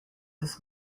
this